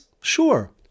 Sure